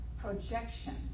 projection